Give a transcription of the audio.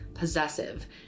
possessive